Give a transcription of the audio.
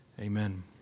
Amen